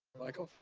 michael?